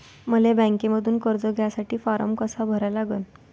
मले बँकेमंधून कर्ज घ्यासाठी फारम कसा भरा लागन?